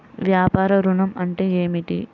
వ్యాపార ఋణం అంటే ఏమిటి?